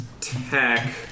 tech